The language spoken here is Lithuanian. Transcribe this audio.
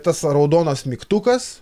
tas raudonas mygtukas